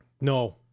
No